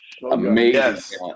Amazing